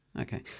Okay